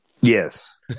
yes